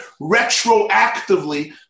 retroactively